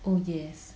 oh yes